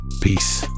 Peace